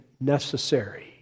necessary